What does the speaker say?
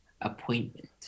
appointment